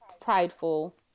prideful